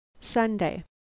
Sunday